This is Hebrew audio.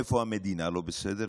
איפה המדינה לא בסדר,